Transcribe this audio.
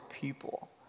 people